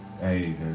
hey